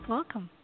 Welcome